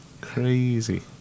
Crazy